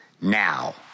now